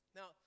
Now